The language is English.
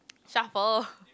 shuffle